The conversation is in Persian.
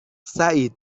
سعید